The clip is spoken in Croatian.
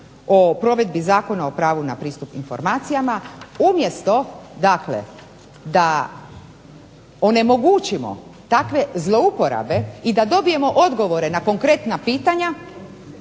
o provedbi Zakona o pravu na pristup informacijama, umjesto dakle da onemogućimo takve zlouporabe i da dobijemo odgovore na konkretna pitanja